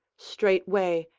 straightway,